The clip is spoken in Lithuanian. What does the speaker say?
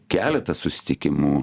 keletas susitikimų